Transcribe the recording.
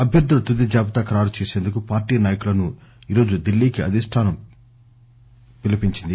అభ్యర్దుల తుది జాబితా ఖరారు చేసేందుకు పార్టీ నాయకులను ఈరోజు ఢిల్లీకి అధిష్ఠానం పిలుపునిచ్చింది